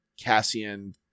Cassian